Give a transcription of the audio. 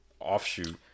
offshoot